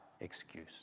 excuse